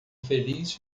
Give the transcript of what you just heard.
feliz